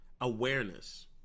awareness